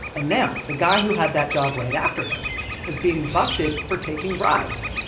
and now the guy who had that job right after him was being busted for taking bribes,